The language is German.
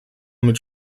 mit